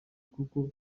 kuko